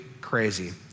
crazy